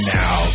now